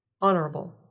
Honorable